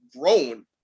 grown